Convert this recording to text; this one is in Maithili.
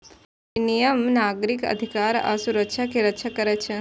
विनियम नागरिक अधिकार आ सुरक्षा के रक्षा करै छै